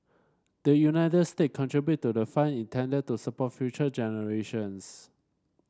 the United State contribute to the fund intended to support future generations